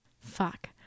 Fuck